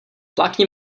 flákni